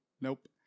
Nope